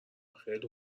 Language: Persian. خیلی